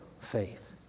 faith